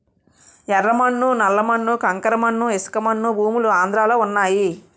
యెర్ర మన్ను నల్ల మన్ను కంకర మన్ను ఇసకమన్ను భూములు ఆంధ్రలో వున్నయి